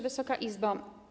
Wysoka Izbo!